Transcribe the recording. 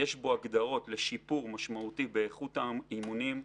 יש בו הגדרות לשיפור משמעותי באיכות האימונים,